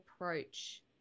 approach